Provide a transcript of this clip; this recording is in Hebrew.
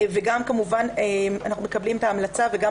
אנחנו כמובן גם מקבלים את ההמלצה וגם